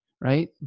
right